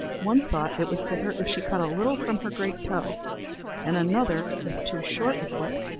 one thought it would fit her if she cut a little from her great toe and another, with too short a foot,